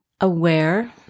aware